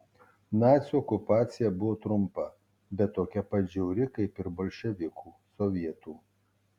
nacių okupacija buvo trumpa bet tokia pat žiauri kaip ir bolševikų sovietų